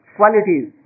qualities